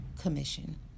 commission